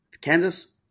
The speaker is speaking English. Kansas